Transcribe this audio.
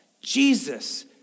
Jesus